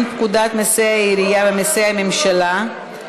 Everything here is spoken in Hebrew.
פקודת מסי העירייה ומסי הממשלה (פטורין)